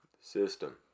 System